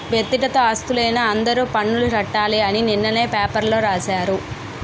వ్యక్తిగత ఆస్తులైన అందరూ పన్నులు కట్టాలి అని నిన్ననే పేపర్లో రాశారు